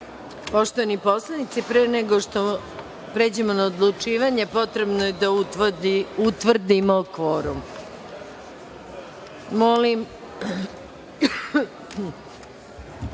Poštovani poslanici, pre nego što pređemo na odlučivanje potrebno jeda utvrdimo kvorum. Molim